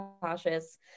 cautious